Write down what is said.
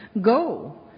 go